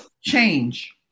Change